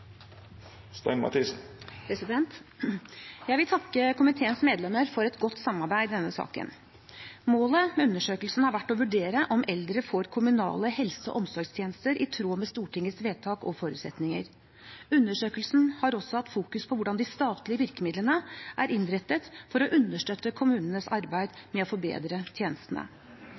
er vedteke. Jeg vil takke komiteens medlemmer for et godt samarbeid i denne saken. Målet med undersøkelsen har vært å vurdere om eldre får kommunale helse- og omsorgstjenester i tråd med Stortingets vedtak og forutsetninger. Undersøkelsen har også fokusert på hvordan de statlige virkemidlene er innrettet for å understøtte kommunenes arbeid med å forbedre tjenestene.